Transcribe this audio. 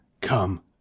Come